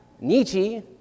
Nietzsche